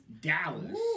Dallas